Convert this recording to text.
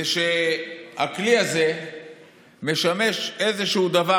שהכלי הזה משמש איזשהו דבר,